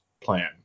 plan